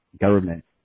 government